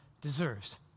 deserves